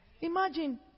Imagine